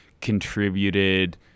contributed